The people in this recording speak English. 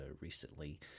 recently